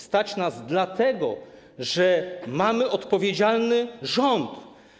Stać nas dlatego, że mamy odpowiedzialny rząd.